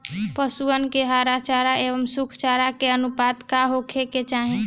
पशुअन के हरा चरा एंव सुखा चारा के अनुपात का होखे के चाही?